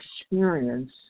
experience